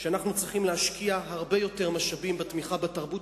שאנחנו צריכים להשקיע הרבה יותר משאבים בתמיכה בתרבות.